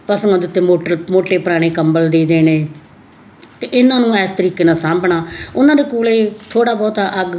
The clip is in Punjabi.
ਪਸ਼ੂਆਂ ਦੇ ਉੱਤੇ ਮੋਟਰ ਮੋਟੇ ਪੁਰਾਣੇ ਕੰਬਲ ਦੇ ਦੇਣੇ ਅਤੇ ਇਹਨਾਂ ਨੂੰ ਐਸ ਤਰੀਕੇ ਨਾਲ ਸਾਂਭਣਾ ਉਹਨਾਂ ਦੇ ਕੋਲੇ ਥੋੜਾ ਬਹੁਤਾ ਅੱਗ